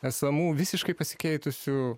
esamų visiškai pasikeitusių